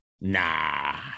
nah